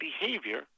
behavior –